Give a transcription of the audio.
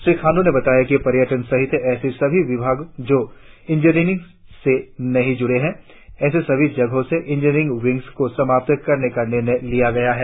श्री खांडू ने बताया कि पर्यटन सहित ऐसे सभी विभाग जो इंजीनियरिंग से नहीं जुड़े हुए है ऐसे सभी जगहों से इंजीनियरिंग विंग को समाप्त करने का निर्णय लिया गया है